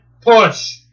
Push